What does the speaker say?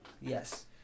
yes